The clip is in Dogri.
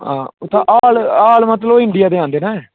उत्थै आल मतलब इंडिया दे आंदे ना